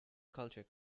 culture